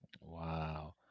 Wow